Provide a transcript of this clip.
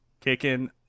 kicking